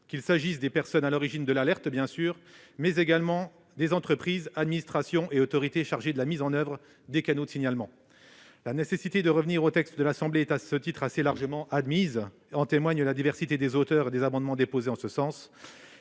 qu'il s'agisse des personnes à l'origine de l'alerte, bien sûr, mais également des entreprises, administrations et autorités chargées de la mise en oeuvre des canaux de signalement. La nécessité de revenir au texte de l'Assemblée nationale est assez largement admise, comme en témoigne la diversité des auteurs des amendements déposés en ce sens.